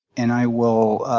and i will